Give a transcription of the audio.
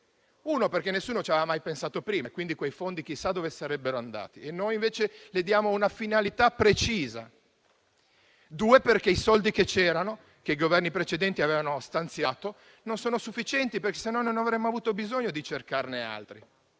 luogo, nessuno ci aveva mai pensato prima e quindi quei fondi chissà dove sarebbero andati. Noi, invece, diamo loro una finalità precisa. In secondo luogo, i soldi che c'erano, che i Governi precedenti avevano stanziato, non erano sufficienti, perché altrimenti non avremmo avuto bisogno di cercarne altri.